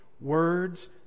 words